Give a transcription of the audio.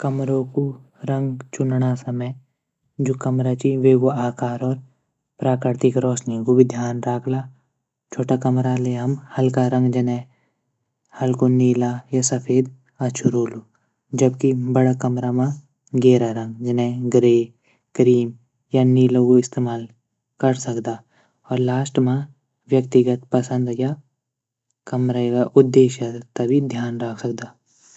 कमरो कू रंग चुनणा समय वेकू आकार प्राकृतिक रोशनी कू भी ध्यान राखला कमरा जन हम हल्का रंग जनई हल्कू नीलू या सफेद अछू रोलू। जबकि बडा कमरा मा गहरा रंग ग्रे क्रीम नीलो इस्तेमाल कर सकदा और लास्ट मा व्यतिगत पंसद या कमरा उद्देश्य तै भी ध्यान राख सकदा।